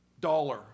dollar